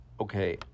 okay